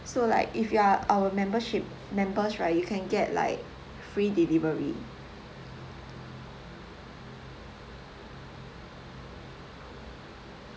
so like if you are our membership members right you can get like free delivery